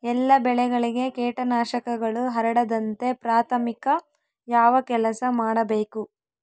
ಎಲ್ಲ ಬೆಳೆಗಳಿಗೆ ಕೇಟನಾಶಕಗಳು ಹರಡದಂತೆ ಪ್ರಾಥಮಿಕ ಯಾವ ಕೆಲಸ ಮಾಡಬೇಕು?